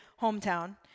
hometown